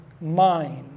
mind